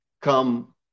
come